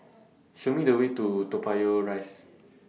Show Me The Way to Toa Payoh Rise